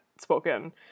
spoken